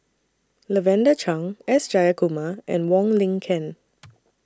Lavender Chang S Jayakumar and Wong Lin Ken